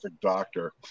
doctor